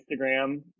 Instagram